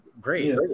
great